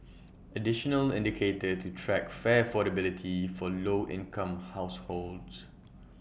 additional indicator to track fare affordability for low income households